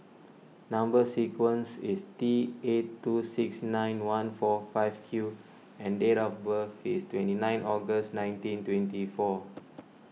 Number Sequence is T eight two six nine one four five Q and date of birth is twenty nine August nineteen twenty four